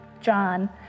John